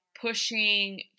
pushing